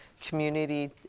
community